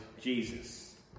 Jesus